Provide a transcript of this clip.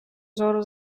зору